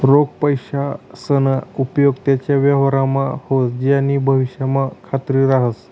रोख पैसासना उपेग त्याच व्यवहारमा व्हस ज्यानी भविष्यमा खात्री रहास